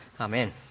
Amen